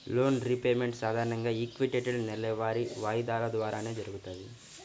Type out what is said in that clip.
loan repayment సాధారణంగా equated నెలవారీ వాయిదాల ద్వారానే జరుగుతది